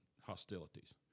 hostilities